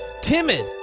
timid